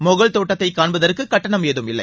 மொஹல் தோட்டத்தை காண்பதற்கு கட்டணம் ஏதும் இல்லை